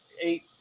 eight